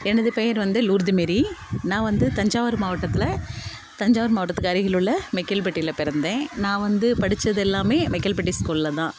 எனது பெயர் வந்து லூர்து மேரி நான் வந்து தஞ்சாவூர் மாவட்டத்தில் தஞ்சாவூர் மாவட்டத்துக்கு அருகில் உள்ள மைக்கேல்பட்டியில் பிறந்தேன் நான் வந்து படித்தது எல்லாம் மைக்கேல்பட்டி ஸ்கூலில் தான்